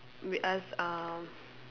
we ask uh